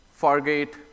Fargate